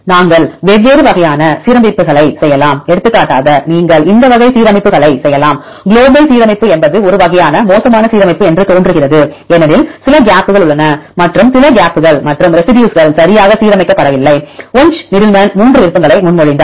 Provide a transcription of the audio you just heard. நாங்கள் வெவ்வேறு வகையான சீரமைப்புகளை செய்யலாம் எடுத்துக்காட்டாக நீங்கள் இந்த வகை சீரமைப்புகளை செய்யலாம் குளோபல் சீரமைப்பு என்பது ஒரு வகையான மோசமான சீரமைப்பு என்று தோன்றுகிறது ஏனெனில் சில கேப்கள் இங்கே உள்ளன மற்றும் சில கேப்கள் மற்றும் ரெசிடியூஸ்கள் சரியாக சீரமைக்கப்படவில்லை வுன்ச் நீடில்மேன் 3 விருப்பங்களை முன்மொழிந்தார்